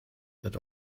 that